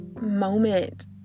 moment